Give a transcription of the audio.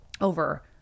over